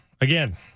again